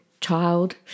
child